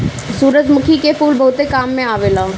सूरजमुखी के फूल बहुते काम में आवेला